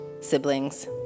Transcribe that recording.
siblings